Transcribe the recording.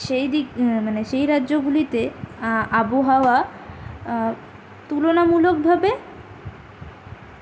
সেই দিক মানে সেই রাজ্যগুলিতে আবহাওয়া তুলনামূলকভাবে